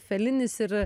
felinis ir